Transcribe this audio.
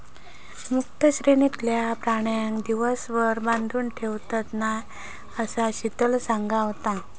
मुक्त श्रेणीतलय प्राण्यांका दिवसभर बांधून ठेवत नाय, असा शीतल सांगा होता